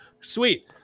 sweet